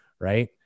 right